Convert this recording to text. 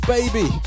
Baby